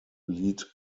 lead